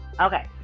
Okay